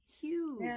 huge